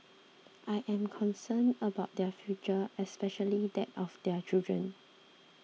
I am concerned about their future especially that of their children